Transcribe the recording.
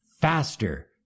faster